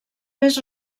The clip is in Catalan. més